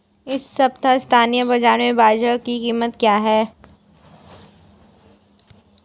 इस सप्ताह स्थानीय बाज़ार में बाजरा की कीमत क्या है?